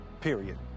period